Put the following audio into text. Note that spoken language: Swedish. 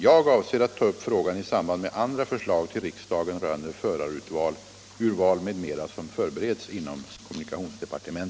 Jag avser att ta upp frågan i samband med andra förslag till riksdagen rörande förarurval m.m. som förbereds inom kommunikationsdepartementet.